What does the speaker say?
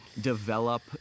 develop